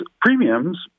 premiums